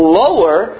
lower